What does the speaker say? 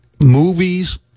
movies